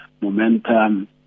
momentum